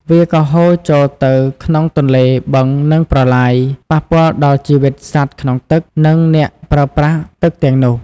វាក៏ហូរចូលទៅក្នុងទន្លេ បឹង និងប្រឡាយ ប៉ះពាល់ដល់ជីវិតសត្វក្នុងទឹក និងអ្នកប្រើប្រាស់ទឹកទាំងនោះ។